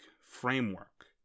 framework